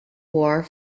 war